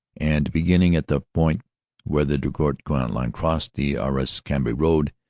and, beginning at the point where the drocourt-queant line crossed the arras cambrai road,